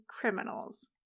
criminals